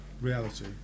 reality